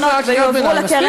זה לא יפה לגנוב.